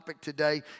today